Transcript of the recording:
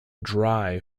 dry